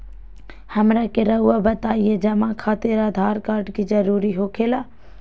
हमरा के रहुआ बताएं जमा खातिर आधार कार्ड जरूरी हो खेला?